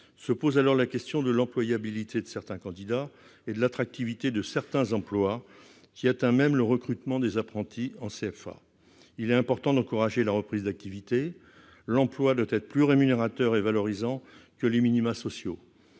Se pose alors la question de l'employabilité de certains candidats et de l'attractivité de certains emplois, qui atteint même le recrutement des apprentis en CFA. Il est important d'encourager la reprise d'activité. L'emploi doit être plus rémunérateur et valorisant que les minima sociaux.